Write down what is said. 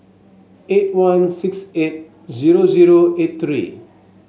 eight one six eight zero zero eight three